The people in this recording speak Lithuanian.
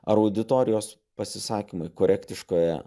ar auditorijos pasisakymai korektiškoje